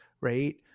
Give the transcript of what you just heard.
right